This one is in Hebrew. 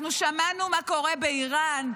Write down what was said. שמענו מה קורה באיראן,